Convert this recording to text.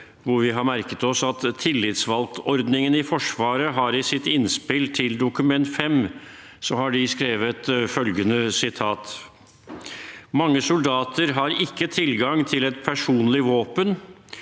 hvor vi har merket oss at tillitsvalgtordningen i Forsvaret i sitt innspill til Dokument 5 har skrevet følgende: «Mange soldater har ikke tilgang til et personlig våpen,